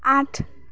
আঠ